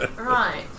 Right